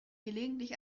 gelegentlich